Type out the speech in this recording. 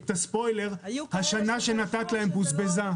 אני אקדים את הספוילר השנה שנתת להם בוזבזה.